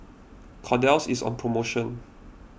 Kordel's is on promotion